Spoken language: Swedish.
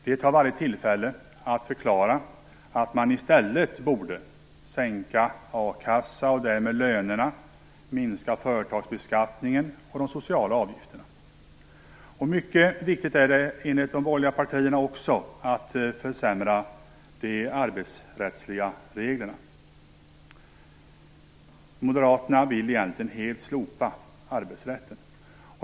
De tar varje tillfälle att förklara att man i stället borde sänka a-kassan och därmed lönerna, minska företagsbeskattningen och de sociala avgifterna. Mycket viktigt är det också, enligt de borgerliga partierna, att försämra de arbetsrättsliga reglerna. Moderaterna vill egentligen helt slopa arbetsrätten.